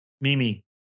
Mimi